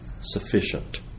sufficient